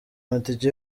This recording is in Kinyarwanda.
amatike